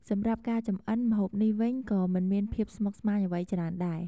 សម្រាប់ការចម្អិន ម្ហូបនេះវិញក៏មិនមានភាពស្មុគស្មាញអ្វីច្រើនដែរ។